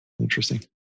Interesting